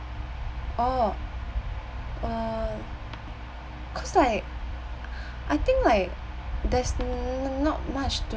oh uh cause like I think like that's not much to